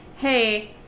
Hey